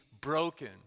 broken